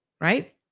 right